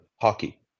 hockey